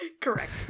Correct